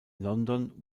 london